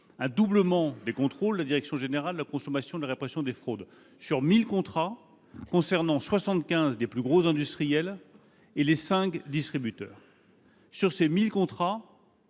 un doublement des contrôles de la direction générale de la concurrence, de la consommation et de la répression des fraudes (DGCCRF) sur 1 000 contrats, qui concernent 75 des plus gros industriels et les 5 distributeurs. Sur ces 1 000 contrats,